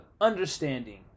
understanding